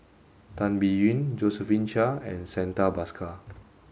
Tan Biyun Josephine Chia and Santha Bhaskar